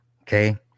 Okay